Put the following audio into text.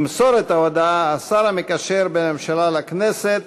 ימסור את ההודעה השר המקשר בין הממשלה לכנסת